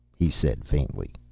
he said, faintly.